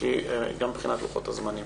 גם מבחינת לוחות הזמנים.